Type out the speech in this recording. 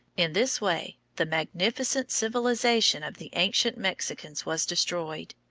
in this way the magnificent civilization of the ancient mexicans was destroyed.